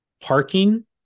parking